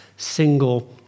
Single